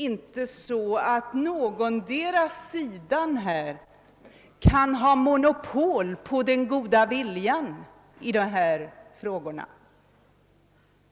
Ingendera sidan kan ha monopol på den goda viljan i dessa frågor.